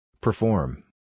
Perform